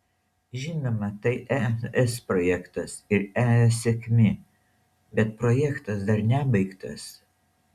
žinoma tai es projektas ir es sėkmė bet projektas dar nebaigtas